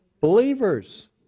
Believers